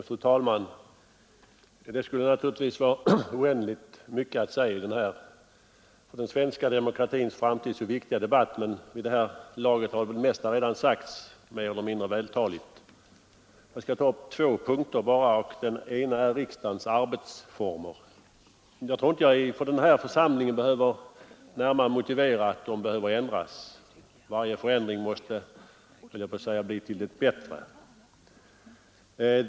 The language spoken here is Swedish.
Fru talman! Det skulle naturligtvis vara oändligt mycket att säga i denna för den svenska demokratins framtid så viktiga debatt, men vid det här laget har väl det mesta redan sagts, mer eller mindre vältaligt. Jag skall bara ta upp två punkter. Den ena gäller riksdagens arbetsformer. Jag tror inte att jag inför den här församlingen behöver närmare motivera att de behöver ändras. Varje förändring måste, höll jag på att säga, bli till det bättre.